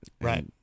right